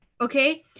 okay